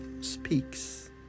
speaks